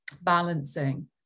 balancing